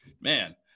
man